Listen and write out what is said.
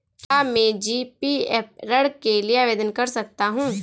क्या मैं जी.पी.एफ ऋण के लिए आवेदन कर सकता हूँ?